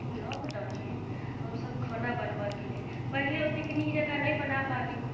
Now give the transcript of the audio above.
लॉकडाउनमे हमसब खाना बनबऽके लेल पहिले ओतेक नीक जकाँ नहि बना पाबी